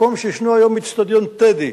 מקום שישנו היום איצטדיון טדי,